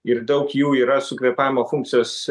ir daug jų yra su kvėpavimo funkcijos